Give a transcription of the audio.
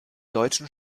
deutschen